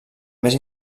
més